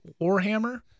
Warhammer